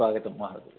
स्वागतं महोदय